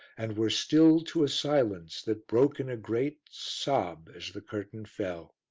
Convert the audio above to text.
and were stilled to a silence that broke in a great sob as the curtain fell.